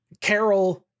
Carol